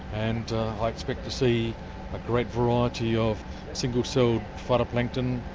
and i expect to see a great variety of single-celled phytoplankton,